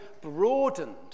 broadened